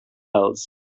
else